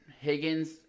Higgins